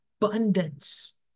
abundance